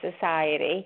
society